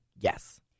Yes